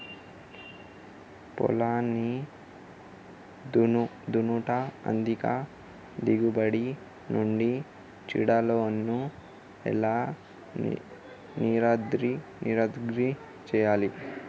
పొలాన్ని దున్నుట అధిక దిగుబడి నుండి చీడలను ఎలా నిర్ధారించాలి?